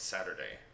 Saturday